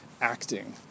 acting